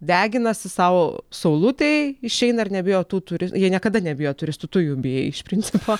deginasi sau saulutėj išeina ir nebijo tų turi jie niekada nebijo turistų tu jų bijai iš principo